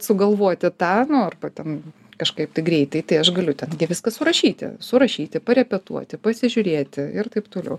sugalvoti tą nu arba ten kažkaip tai greitai tai aš galiu ten gi viską surašyti surašyti parepetuoti pasižiūrėti ir taip toliau